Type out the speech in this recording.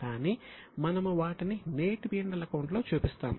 కానీ మనము వాటిని నేటి P L అకౌంట్లో చూపిస్తాము